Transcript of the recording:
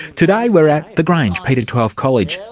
today we're at the grange p twelve college,